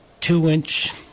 two-inch